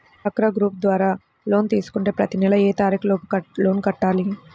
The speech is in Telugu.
డ్వాక్రా గ్రూప్ ద్వారా లోన్ తీసుకుంటే ప్రతి నెల ఏ తారీకు లోపు లోన్ కట్టాలి?